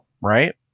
Right